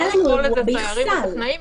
אפשר לקרוא לזה "סיירים" ו"טכנאים",